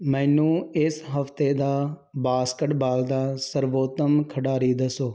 ਮੈਨੂੰ ਇਸ ਹਫ਼ਤੇ ਦਾ ਬਾਸਕਟਬਾਲ ਦਾ ਸਰਵੋਤਮ ਖਿਡਾਰੀ ਦੱਸੋ